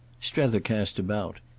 strether cast about.